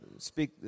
speak